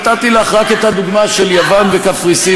נתתי לך רק את הדוגמה של יוון וקפריסין.